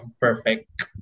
Perfect